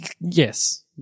Yes